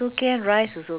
where where